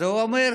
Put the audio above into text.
אז ההוא אומר: